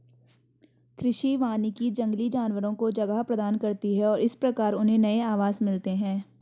कृषि वानिकी जंगली जानवरों को जगह प्रदान करती है और इस प्रकार उन्हें नए आवास मिलते हैं